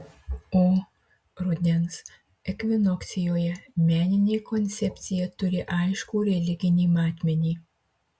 o rudens ekvinokcijoje meninė koncepcija turi aiškų religinį matmenį